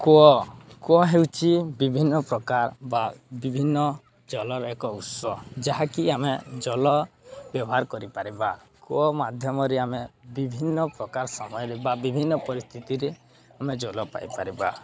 କୂଅ କୂଅ ହେଉଛି ବିଭିନ୍ନପ୍ରକାର ବା ବିଭିନ୍ନ ଜଳର ଏକ ଉତ୍ସ ଯାହାକି ଆମେ ଜଳ ବ୍ୟବହାର କରିପାରିବା କୂଅ ମାଧ୍ୟମରେ ଆମେ ବିଭିନ୍ନପ୍ରକାର ସମୟରେ ବା ବିଭିନ୍ନ ପରିସ୍ଥିତିରେ ଆମେ ଜଳ ପାଇପାରିବା